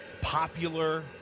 popular